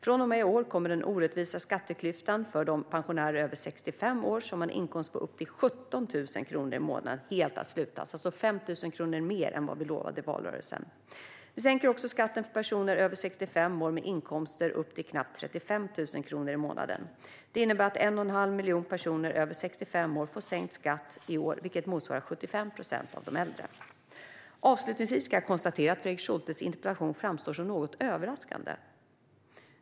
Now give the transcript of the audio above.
Från och med i år kommer den orättvisa skatteklyftan för de pensionärer över 65 år som har en inkomst på upp till 17 000 kronor i månaden helt att slutas - alltså 5 000 kronor mer än vad vi lovade i valrörelsen. Vi sänker också skatten för personer över 65 år med inkomster upp till knappt 35 000 kronor i månaden. Detta innebär att 1 1⁄2 miljon personer över 65 år får sänkt skatt i år, vilket motsvarar 75 procent av de äldre. Avslutningsvis kan jag konstatera att Fredrik Schultes interpellation framstår som något överraskande.